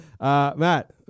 Matt